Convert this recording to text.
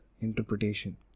interpretation